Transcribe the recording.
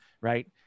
right